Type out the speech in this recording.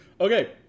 Okay